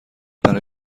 برای